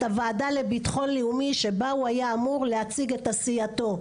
הוועדה לביטחון לאומי שבה הוא היה אמור להציג את עשייתו.